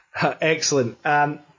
Excellent